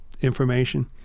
information